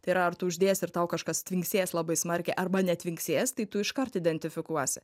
tai yra ar tai uždės ir tau kažkas tivinksės labai smarkiai arba netvinksės tai tu iš kart identifikuosi